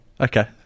Okay